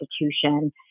institution